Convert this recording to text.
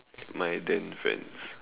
my then friend's